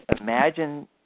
imagine